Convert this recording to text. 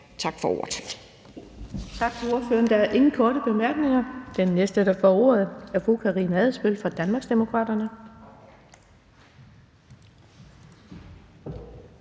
Tak for ordet.